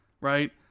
right